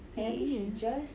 !aiya!